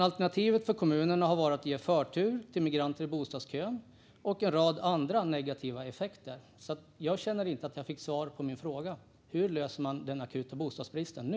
Alternativet för kommunerna har varit att ge förtur till migranter i bostadskön och därmed få en rad andra negativa effekter. Jag känner inte att jag fick svar på min fråga. Hur löser man den akuta bostadsbristen nu?